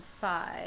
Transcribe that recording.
five